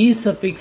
Enn222mL2